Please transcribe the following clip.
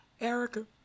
Erica